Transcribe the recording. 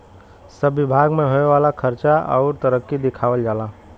सब बिभाग मे होए वाला खर्वा अउर तरक्की दिखावल जाला